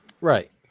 Right